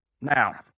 now